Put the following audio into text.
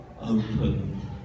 open